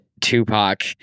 Tupac